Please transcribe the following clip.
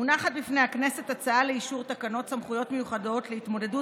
מונחת בפני הכנסת הצעה לאישור תקנות סמכויות מיוחדות להתמודדות